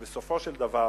ובסופו של דבר